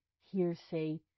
hearsay